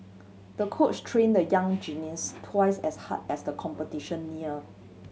the coach trained the young gymnast twice as hard as the competition near